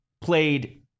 played